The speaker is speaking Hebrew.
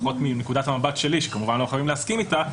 לפחות מנקודת המבט שלי שכמובן לא חייבים להסכים איתה,